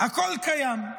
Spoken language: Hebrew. הכול קיים.